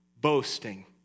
boasting